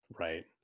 Right